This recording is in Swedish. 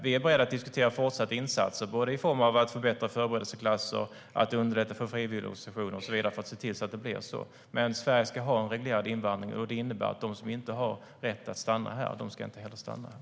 Vi är beredda att diskutera fortsatta insatser i form av både förbättra förberedelseklasser och underlätta för frivilligorganisationer. Men Sverige ska ha en reglerad invandring, och det innebär att de som inte har rätt att stanna här ska inte heller stanna här.